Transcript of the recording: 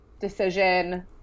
decision